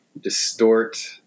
distort